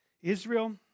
Israel